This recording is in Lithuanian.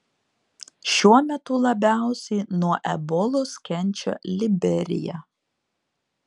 šiuo metu labiausiai nuo ebolos kenčia liberija